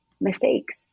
mistakes